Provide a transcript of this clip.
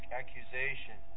accusation